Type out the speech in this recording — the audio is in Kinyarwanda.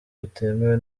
butemewe